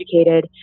educated